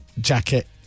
jacket